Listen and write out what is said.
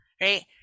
right